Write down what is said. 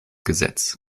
gesetz